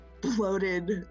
bloated